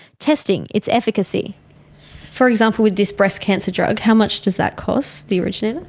testing its efficacy for example, with this breast cancer drug, how much does that cost, the originator?